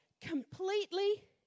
completely